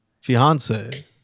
fiance